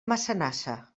massanassa